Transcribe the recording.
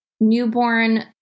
newborn